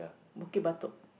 Bukit-Batok